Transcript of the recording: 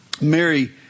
Mary